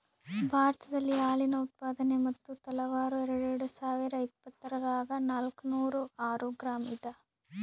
ಭಾರತದಲ್ಲಿ ಹಾಲಿನ ಉತ್ಪಾದನೆ ಮತ್ತು ತಲಾವಾರು ಎರೆಡುಸಾವಿರಾದ ಇಪ್ಪತ್ತರಾಗ ನಾಲ್ಕುನೂರ ಆರು ಗ್ರಾಂ ಇದ